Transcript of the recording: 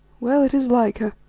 well, it is like her.